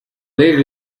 lega